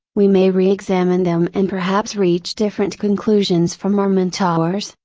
we may reexamine them and perhaps reach different conclusions from our mentors,